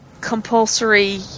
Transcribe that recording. compulsory